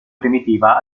primitiva